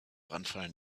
brandfall